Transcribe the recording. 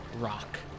Rock